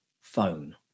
phone